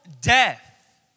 death